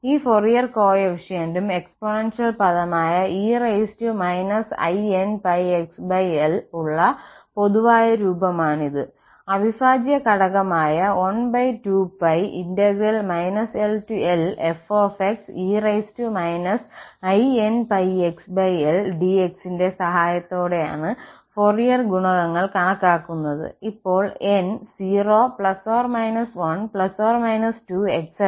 ഈ ഫൊറിയർ കോഫിഫിഷ്യന്റും എക്സ്പോണൻഷ്യൽ പദമായ e inπxL ഉള്ള പൊതുവായ രൂപമാണിത് അവിഭാജ്യ ഘടകമായ 12π LLfxe inπxLdx ന്റെ സഹായത്തോടെയാണ് ഫൊറിയർ ഗുണകങ്ങൾ കണക്കാക്കുന്നത് ഇപ്പോൾ n 0 ± 1 ± 2